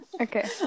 Okay